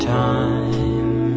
time